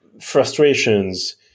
frustrations